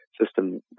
system